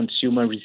consumer